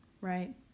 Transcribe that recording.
right